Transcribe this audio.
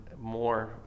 more